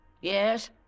Yes